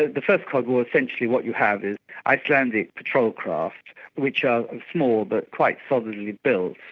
the first cod war essentially what you have is icelandic patrol craft which are are small but quite solidly built,